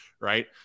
right